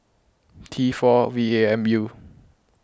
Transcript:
T four V A M U